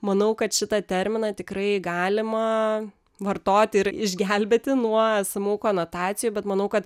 manau kad šitą terminą tikrai galima vartoti ir išgelbėti nuo esamų konotacijų bet manau kad